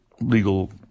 legal